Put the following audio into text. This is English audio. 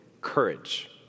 courage